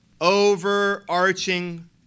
overarching